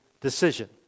decision